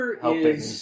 helping